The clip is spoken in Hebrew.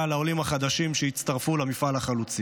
לעולים החדשים שהצטרפו למפעל החלוצי.